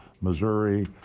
Missouri